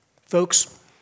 Folks